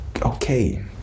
okay